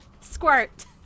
Squirt